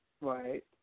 Right